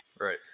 right